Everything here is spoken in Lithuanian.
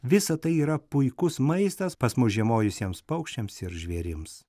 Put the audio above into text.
visa tai yra puikus maistas pas mus žiemojusiems paukščiams ir žvėrims